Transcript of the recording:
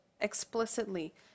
explicitly